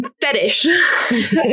fetish